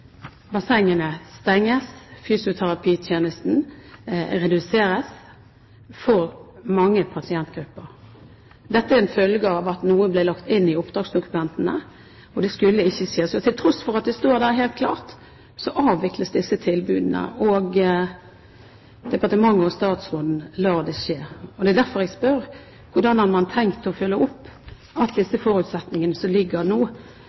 bassengene ble stengt, og fysioterapitjenesten ble redusert for mange pasientgrupper. Dette var en følge av at noe ble lagt inn i oppdragsdokumentene. Det skulle ikke skje. Til tross for at det står der helt klart, avvikles disse tilbudene, og departementet og statsråden lar det skje. Det er derfor jeg spør: Hvordan har man tenkt å følge opp at disse forutsetningene som nå ligger,